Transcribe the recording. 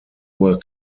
were